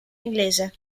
inglese